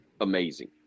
Amazing